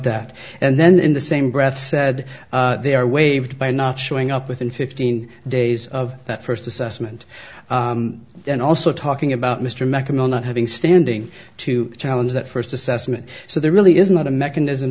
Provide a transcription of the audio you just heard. that and then in the same breath said they are waived by not showing up within fifteen days of that first assessment and also talking about mr meccano not having standing to challenge that first assessment so there really is not a mechanism